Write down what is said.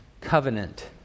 covenant